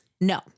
No